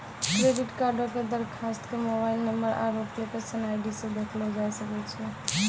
credit कार्डो के दरखास्त के मोबाइल नंबर आरु एप्लीकेशन आई.डी से देखलो जाय सकै छै